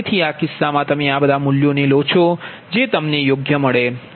તેથી આ કિસ્સામાં તમે આ બધા મૂલ્યોને લો છો જે તમને યોગ્ય મળે છે